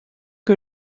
que